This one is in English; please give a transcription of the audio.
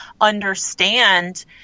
understand